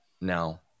now